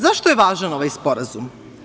Zašto je važan ovaj sporazum?